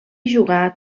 jugà